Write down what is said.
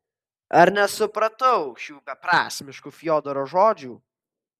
ar nesupratau šių beprasmiškų fiodoro žodžių